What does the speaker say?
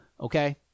okay